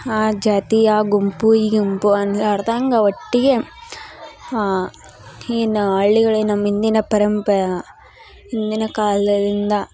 ಆ ಜಾತಿ ಆ ಗುಂಪು ಈ ಗುಂಪು ಅನ್ಲಾರ್ದಂಗ ಒಟ್ಟಿಗೆ ಏನು ಹಳ್ಳಿಗಳೆ ನಮ್ಮ ಹಿಂದಿನ ಪರಂಪ ಹಿಂದಿನ ಕಾಲದಿಂದ